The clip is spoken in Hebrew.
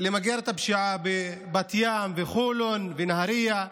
למגר את הפשיעה בבת ים, בחולון, בנהריה,